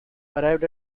arrived